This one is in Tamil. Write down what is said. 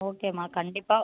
ஓகேம்மா கண்டிப்பாக